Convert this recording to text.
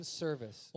service